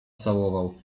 całował